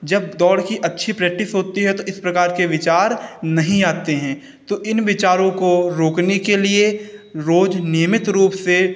जब दौड़ की अच्छी प्रैक्टिस होती है तो इस प्रकार के विचार नहीं आते हैं तो इन विचारों को रोकने के लिए रोज नियमित रूप से